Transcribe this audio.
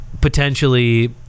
Potentially